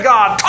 God